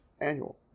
annual